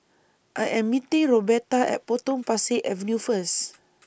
I Am meeting Roberta At Potong Pasir Avenue First